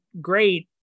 great